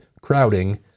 crowding